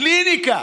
קליניקה.